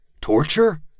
Torture